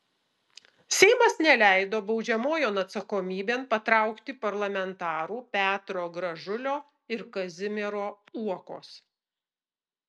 seimas neleido baudžiamojon atsakomybėn patraukti parlamentarų petro gražulio ir kazimiero uokos